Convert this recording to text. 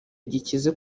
gikize